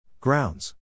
Grounds